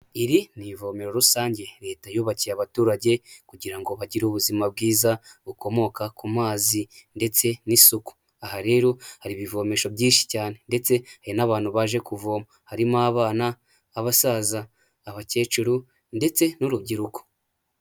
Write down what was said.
Iri ni ivomero rusange Leta yubakiye abaturage kugirango ngo bagire ubuzima bwiza bukomoka ku mazi ndetse n'isuku, aha rero hari ibivomesho byinshi cyane ndetse hari n'abantu baje kuvoma harimo: abana, abasaza, abakecuru ndetse n'urubyiruko.